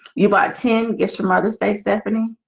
you bought ten yes your mother's day stephanie,